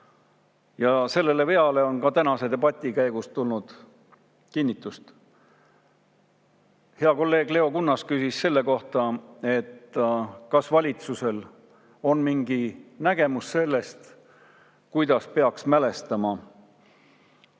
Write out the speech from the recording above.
ja sellele veale on ka tänase debati käigus tulnud kinnitust. Hea kolleeg Leo Kunnas küsis selle kohta, et kas valitsusel on mingi nägemus sellest, kuidas peaks mälestama Eesti